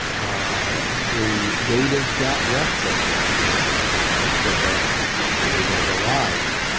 ah the natives got restless after a while. they wanted to go back to their normal lives.